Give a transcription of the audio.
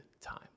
time